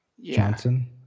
Johnson